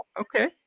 Okay